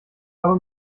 aber